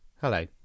Hello